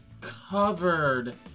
covered